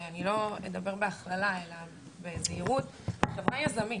ואני לא אדבר בהכללה, אלא בזהירות, החברה החרדית